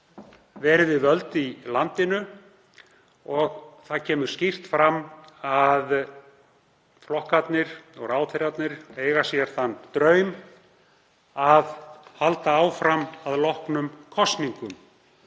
verið við völd í landinu og það kemur skýrt fram að flokkarnir og ráðherrarnir eiga sér þann draum að halda áfram að loknum kosningum.